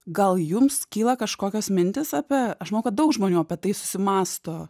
gal jums kyla kažkokios mintys apie aš žinau kad daug žmonių apie tai susimąsto